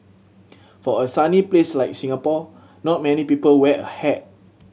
for a sunny place like Singapore not many people wear a hat